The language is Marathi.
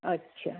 अच्छा